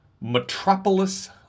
Metropolis